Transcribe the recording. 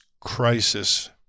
crisis